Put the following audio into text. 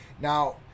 Now